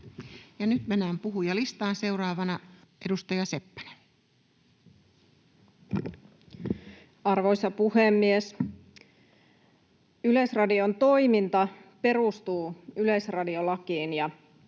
nyt mennään puhujalistaan. — Seuraavana edustaja Seppänen. Arvoisa puhemies! Yleisradion toiminta perustuu yleisradiolakiin, ja